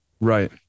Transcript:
right